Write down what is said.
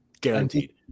Guaranteed